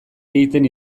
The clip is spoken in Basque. egiten